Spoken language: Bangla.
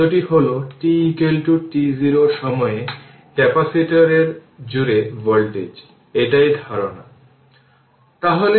সুতরাং এটি হল ইনিশিয়াল কন্ডিশন যা আমরা ধরে নিই যে একটি ইন্ডাক্টর একটি ইনিশিয়াল কারেন্ট এইরকম আছে